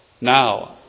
Now